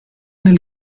nel